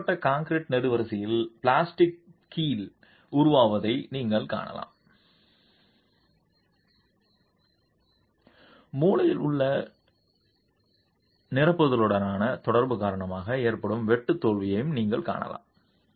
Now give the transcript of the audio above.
வலுவூட்டப்பட்ட கான்கிரீட் நெடுவரிசையில் பிளாஸ்டிக் கீல் உருவாவதை நீங்கள் காணலாம் மூலையில் உள்ள நிரப்புதலுடனான தொடர்பு காரணமாக ஏற்படும் வெட்டு தோல்வியை நீங்கள் காணலாம்